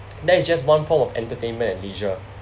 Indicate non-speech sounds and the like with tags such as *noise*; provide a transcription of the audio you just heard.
*noise* that is just one form of entertainment and leisure